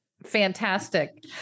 Fantastic